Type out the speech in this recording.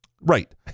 Right